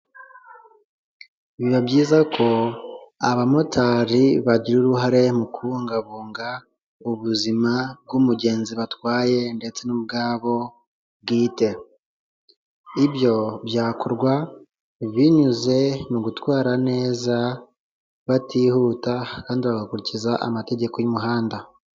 Biba byiza ko abamotari bagira uruhare mu kubungabunga ubuzima bw'umugenzi batwaye ndetse n'ubwabo bwite, ibyo byakorwa binyuze mu gutwara neza batihuta kandi bagakurikiza amategeko y'umuhanda.